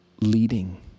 leading